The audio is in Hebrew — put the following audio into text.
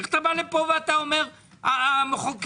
איך אתה בא לפה ואומר: המחוקק?